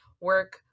work